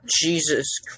Jesus